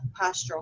postural